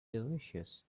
delicious